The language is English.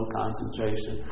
concentration